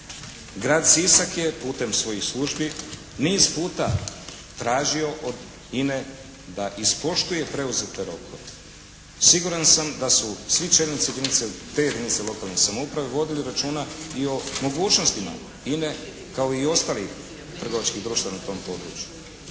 Grad Sisak je putem svojih službi niz puta tražio od INA-e da ispoštuje preuzete rokove. Siguran sam da su svi čelnici te jedinice lokalne samouprave vodili računa i o mogućnostima INA-e kao i ostalih trgovačkih društava na tom području.